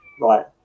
Right